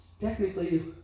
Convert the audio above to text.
technically